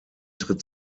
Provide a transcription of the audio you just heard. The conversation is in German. tritt